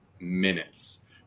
minutes